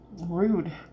rude